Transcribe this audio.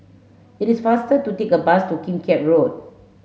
it is faster to take a bus to Kim Keat Road